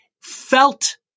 Felt